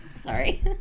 sorry